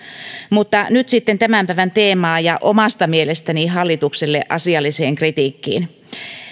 mutta nyt sitten tämän päivän teemaan ja omasta mielestäni asialliseen kritiikkiin hallitukselle